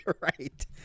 right